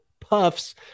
Puffs